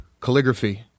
calligraphy